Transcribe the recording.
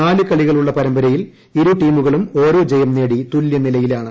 നാല് കളികളുള്ള പരമ്പരയിൽ ഇരുടീമുകളും ഓരോ ജയം നേടി തുലൂ സ്റ്റീലയിലാണ്